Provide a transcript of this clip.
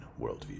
worldview